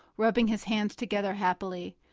rubbing his hands together happily.